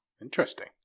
Interesting